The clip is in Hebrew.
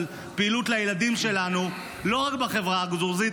על פעילות לילדים שלנו לא רק בחברה הדרוזית,